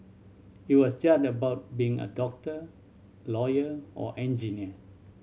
it was just about being a doctor lawyer or engineer